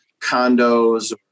condos